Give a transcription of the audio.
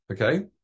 Okay